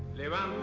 they were